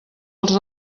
els